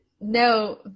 no